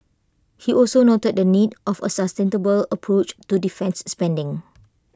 he also noted the need of A sustainable approach to defence spending